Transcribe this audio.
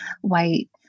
white